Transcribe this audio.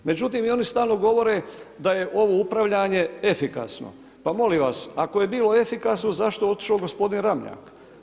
Međutim i oni stalno govore da je ovo upravljanje efikasno, pa molim vas, ako je bilo efikasno zašto je otišao gospodin Ramljak?